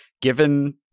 given